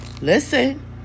Listen